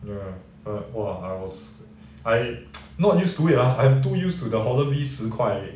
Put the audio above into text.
ya but !wah! I was I not used to it lah I'm too used to the holland V 十块